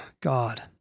God